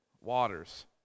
waters